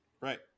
right